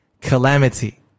calamity